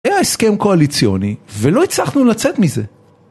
היה הסכם קואליציוני, ולא הצלחנו לצאת מזה.